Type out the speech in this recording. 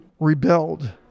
rebelled